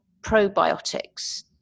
probiotics